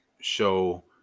show